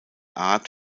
art